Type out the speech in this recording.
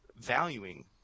valuing